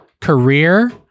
career